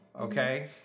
Okay